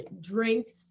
drinks